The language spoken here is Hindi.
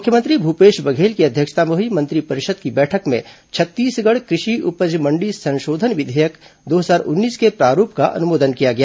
मुख्यमंत्री भूपेश बघेल की अध्यक्षता में हुई मंत्रिपरिषद की बैठक में छत्तीसगढ़ कृषि उपज मण्डी संशोधन विधेयक दो हजार उन्नीस के प्रारूप का अनुमोदन किया गया